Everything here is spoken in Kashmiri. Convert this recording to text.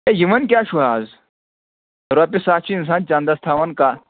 ہے یِوان کیٛاہ چھُ اَز رۄپیہِ ساس چھِ اِنسان چَنٛدَس تھَوان کانٛہہ